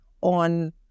on